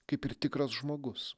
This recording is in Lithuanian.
kaip ir tikras žmogus